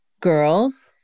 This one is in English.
Girls